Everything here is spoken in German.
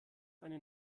eine